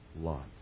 Lot's